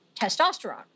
testosterone